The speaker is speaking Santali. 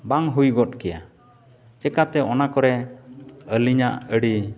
ᱵᱟᱝ ᱦᱩᱭ ᱜᱚᱫ ᱠᱮᱭᱟ ᱪᱤᱠᱟᱹᱛᱮ ᱚᱱᱟᱠᱚᱨᱮ ᱟᱹᱞᱤᱧᱟᱜ ᱟᱹᱰᱤ